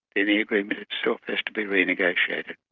the the agreement itself has to be renegotiated.